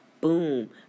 boom